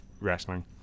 Wrestling